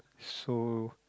so